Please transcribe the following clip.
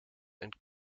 and